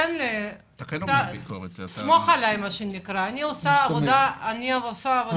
תסמוך עלי שאעשה את העבודה שלי.